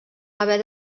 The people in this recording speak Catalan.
haver